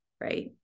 right